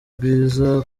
rwiza